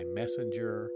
messenger